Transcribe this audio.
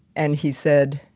and he said,